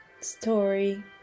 Story